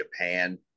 Japan